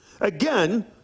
again